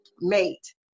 mate